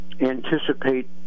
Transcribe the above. anticipate